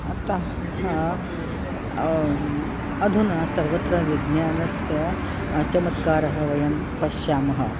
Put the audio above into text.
अतः अधुना सर्वत्र विज्ञानस्य चमत्कारः वयं पश्यामः